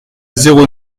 zéro